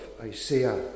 Isaiah